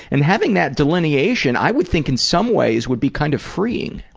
and having that delineation, i would think in some ways, would be kind of freeing.